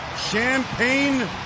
Champagne